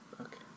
Okay